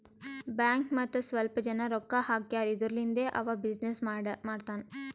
bank ಮತ್ತ ಸ್ವಲ್ಪ ಜನ ರೊಕ್ಕಾ ಹಾಕ್ಯಾರ್ ಇದುರ್ಲಿಂದೇ ಅವಾ ಬಿಸಿನ್ನೆಸ್ ಮಾಡ್ತಾನ್